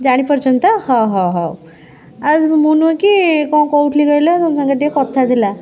ଜାଣିପାରୁଛନ୍ତି ତ ହ ହଉ ହଉ ଆଉ ମୁଁ ନୁହେଁ କି କ'ଣ କହୁଥିଲି କହିଲ ତୁମ ସାଙ୍ଗରେ ଟିକେ କଥା ଥିଲା